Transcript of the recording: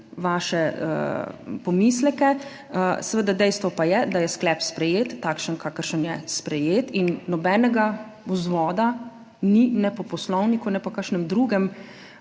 vaše pomisleke. Seveda dejstvo pa je, da je sklep sprejet takšen kakršen je sprejet in nobenega vzvoda ni ne po Poslovniku, ne po kakšnem drugem